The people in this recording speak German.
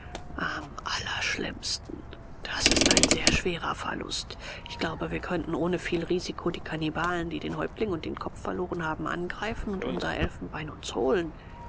am schlimmsten das ist ein sehr schwerer verlust ich glaube wir könnten ohne viel risiko die kannibalen die den häuptling und den kopf verloren haben angreifen und unser elfenbein uns holen